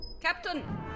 Captain